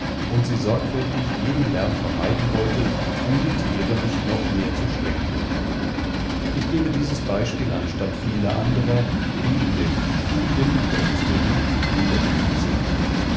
und sie sorgfältig jeden lärm vermeiden wollte um die tiere nicht noch mehr zu schrecken ich gebe dieses beispiel anstatt vieler anderer die in den studien über hysterie niedergelegt sind